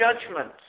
judgment